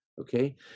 Okay